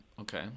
Okay